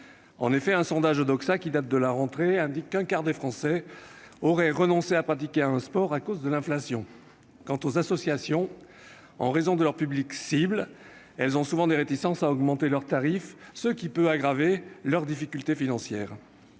Selon un sondage de l'institut Odoxa datant de la rentrée, un quart des Français auraient renoncé à pratiquer un sport à cause de l'inflation. Quant aux associations, en raison de leur public cible, elles ont souvent des réticences à augmenter leur tarif, ce qui peut aggraver leurs difficultés financières.